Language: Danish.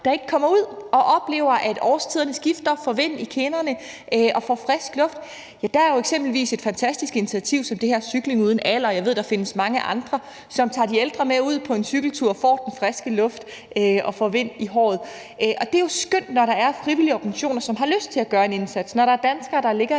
der ikke kommer ud og oplever, at årstiderne skifter, får vind i kinderne og får frisk luft. Der er jo eksempelvis det her fantastiske initiativ, der hedder Cykling Uden Alder, og jeg ved, der findes mange andre, som tager de ældre med ud på en cykeltur, så de får den friske luft og får vind i håret. Og det er jo skønt, når der er frivillige organisationer, som har lyst til at gøre en indsats; når der er danskere, der yder